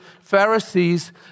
Pharisees